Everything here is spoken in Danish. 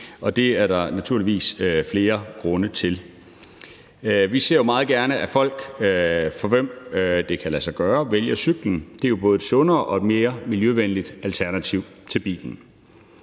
Det er der naturligvis flere grunde til. Vi ser meget gerne, at folk, for hvem det kan lade sig gøre, vælger cyklen. Det er jo både et sundere og et mere miljøvenligt alternativ til bilen.